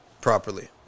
properly